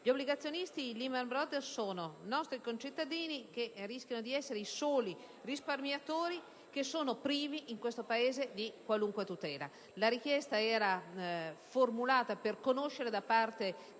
gli obbligazionisti di titoli Lehman Brothers, i quali sono nostri concittadini che rischiano di essere i soli risparmiatori privi in questo Paese di qualunque tutela. La richiesta è stata formulata per conoscere da parte